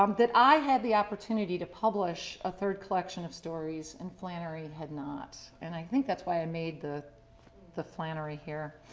um that i had the opportunity to publish a third collection of stories and flannery had not. and i think that's why i made the the flannery here.